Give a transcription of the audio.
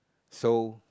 so